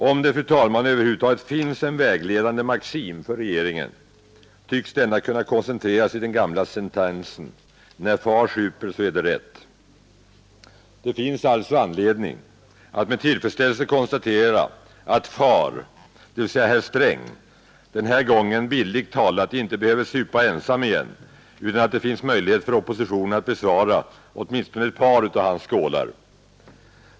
Om det, fru talman, över huvud taget finns en vägledande maxim för regeringen tycks denna kunna koncentreras i den gamla sentensen: ”När far super är det rätt.” Det finns alltså anledning att med tillfredsställelse konstatera att far, dvs. herr Sträng, den här gången bildligt talat inte behöver supa ensam igen utan att det finns möjlighet för oppositionen att besvara åtminstone ett par av hans skålar.